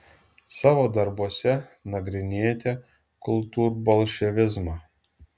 savo darbuose nagrinėjate kultūrbolševizmą